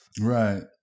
Right